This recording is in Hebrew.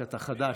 אתה חדש,